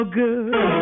good